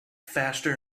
faster